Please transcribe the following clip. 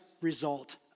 result